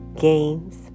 Games